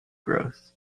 growth